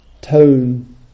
tone